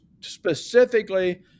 specifically